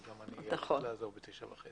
אז גם אני איאלץ לעזוב ב-9:30.